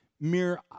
mere